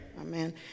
Amen